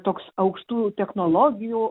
toks aukštųjų technologijų